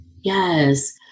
Yes